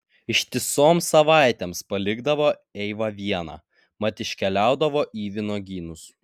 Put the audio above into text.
ištisoms savaitėms palikdavo eivą vieną mat iškeliaudavo į vynuogynus